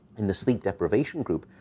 in the sleep deprivation group,